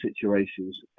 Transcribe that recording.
situations